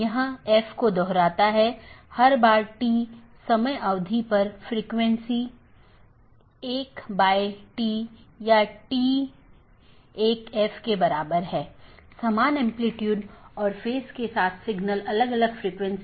यहाँ दो प्रकार के पड़ोसी हो सकते हैं एक ऑटॉनमस सिस्टमों के भीतर के पड़ोसी और दूसरा ऑटॉनमस सिस्टमों के पड़ोसी